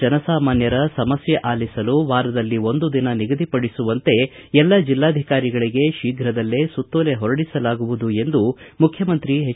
ಜನಸಾಮಾನ್ಯರ ಸಮಸ್ಯೆ ಆಲಿಸಲು ವಾರದಲ್ಲಿ ಒಂದು ದಿನ ನಿಗದಿಪಡಿಸುವಂತೆ ಎಲ್ಲ ಜಿಲ್ಲಾಧಿಕಾರಿಗಳಿಗೆ ಶೀಘದಲ್ಲೇ ಸುತ್ತೋಲೆ ಹೊರಡಿಸಲಾಗುವುದು ಎಂದು ಮುಖ್ಯಮಂತ್ರಿ ಎಚ್